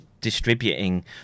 distributing